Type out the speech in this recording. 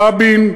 רבין,